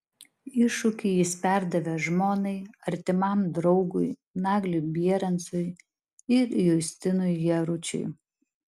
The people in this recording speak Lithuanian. iššūkį jis perdavė žmonai artimam draugui nagliui bierancui ir justinui jaručiui